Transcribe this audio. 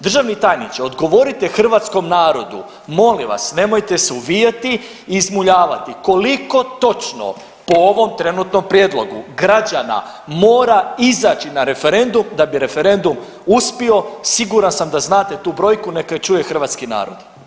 Državni tajniče odgovorite hrvatskom narodu, molim vas, nemojte se uvijati i izmuljavati koliko točno po ovom trenutnom prijedlogu građana mora izaći na referendum da bi referendum uspio, siguran sam da znate tu brojku neka ju čuje hrvatski narod.